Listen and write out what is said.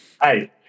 Hey